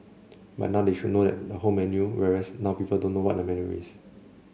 but they should know what the whole menu is whereas now people don't know what the menu is